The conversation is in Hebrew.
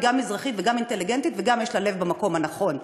היא גם מזרחית וגם אינטליגנטית וגם יש לה לב במקום הנכון.